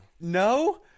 No